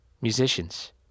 musicians